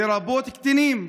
לרבות קטינים.